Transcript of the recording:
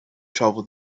travel